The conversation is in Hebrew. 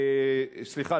סליחה,